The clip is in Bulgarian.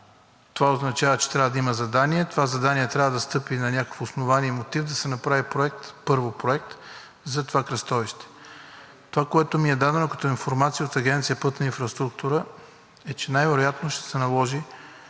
това означава, че трябва да има задание. Това задание трябва да стъпи на някакво основание и мотив, да се направи първо проект за това кръстовище. Това, което ми е дадено като информация от Агенция „Пътна инфраструктура“, е, че най-вероятно ще се наложи